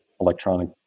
electronic